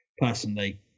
personally